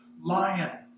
Lion